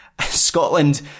Scotland